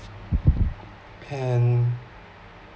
pan